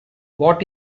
what